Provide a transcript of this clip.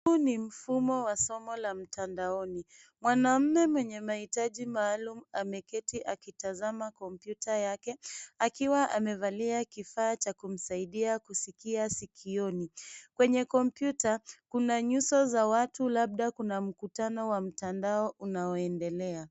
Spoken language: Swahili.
Huu ni mfumo wa somo la mtandaoni, mwanaume mwenye mahitaji maalum ameketi akitazama kompyuta yake, akiwa amevalia kifaa cha kumsaidia kusikia sikioni. Kwenye kompyuta kuna nyuso za watu labda kuna mkutano wa mtandaoni unaoendelea.